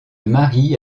marie